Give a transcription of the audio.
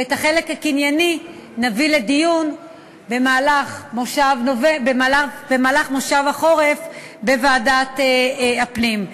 ואת החלק הקנייני נביא לדיון במהלך מושב החורף בוועדת הפנים.